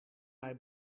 mij